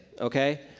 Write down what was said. okay